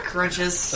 Crunches